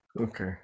Okay